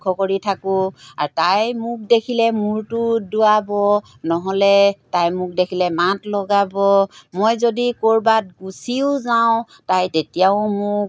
লক্ষ্য কৰি থাকোঁ আৰু তাই মোক দেখিলে মূৰটো দোৱাব নহ'লে তাই মোক দেখিলে মাত লগাব মই যদি ক'ৰবাত গুচিও যাওঁ তাই তেতিয়াও মোক